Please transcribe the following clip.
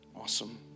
Awesome